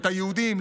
את היהודים,